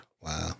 Wow